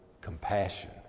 compassion